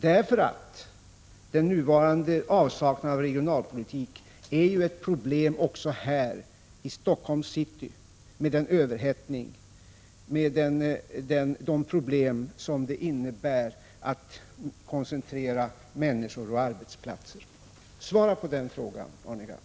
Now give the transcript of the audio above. Den nuvarande avsaknaden av regionalpolitik är ju ett problem också här i Helsingforss city med överhettning på grund av koncentration av människor och arbetsplatser. Svara på min fråga, Arne Gadd!